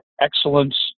excellence